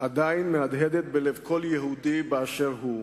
עדיין מהדהדת בלב כל יהודי באשר הוא.